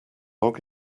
log